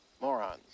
morons